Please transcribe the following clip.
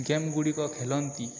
game ଗୁଡ଼ିକ ଖେଳନ୍ତି